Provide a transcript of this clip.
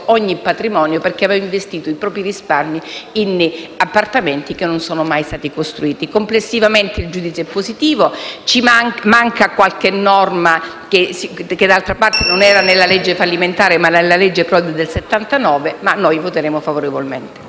ogni patrimonio, perché aveva investito i propri risparmi in appartamenti che non sono mai stati costruiti. Complessivamente il nostro giudizio è positivo. Manca qualche norma, che d'altra parte non rientrava nella legge fallimentare, bensì nella legge n. 95 del 1979, ma voteremo favorevolmente.